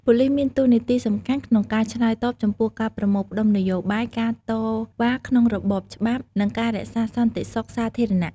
ប៉ូលីសមានតួនាទីសំខាន់ក្នុងការឆ្លើយតបចំពោះការប្រមូលផ្តុំនយោបាយ ការតវ៉ាក្នុងរបបច្បាប់ និងការរក្សាសន្តិសុខសាធារណៈ។